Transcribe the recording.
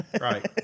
Right